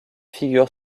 figure